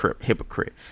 hypocrite